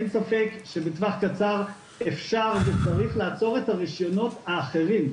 אין ספק שבטווח קצר אפשר וצריך לעצור את הרישיונות האחרים,